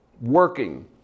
working